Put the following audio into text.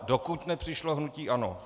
Dokud nepřišlo hnutí ANO.